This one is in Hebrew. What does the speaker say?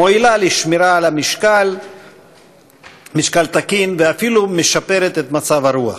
מועילה לשמירה על משקל תקין ואפילו משפרת את מצב הרוח.